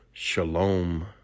Shalom